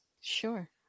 Sure